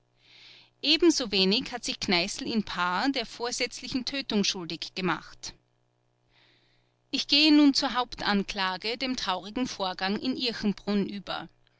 ebensowenig hat sich kneißl in paar der vorsätzlichen tötung schuldig gemacht ich gehe nun zur hauptanklage dem traurigen vorgang in irchenbrunn über